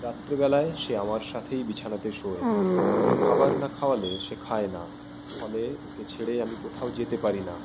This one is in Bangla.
রাত্রেবেলায় সে আমার সাথেই বিছানাতে শোয় আমি খাবার না খাওয়ালে সে খায় না ফলে ওকে ছেড়ে আমি কোথাও যেতে পারি না